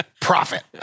profit